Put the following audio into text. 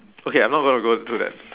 okay I'm not gonna go to that